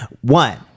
one